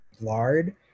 lard